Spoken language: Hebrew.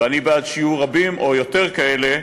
ואני בעד שיהיו רבים או יותר כאלה,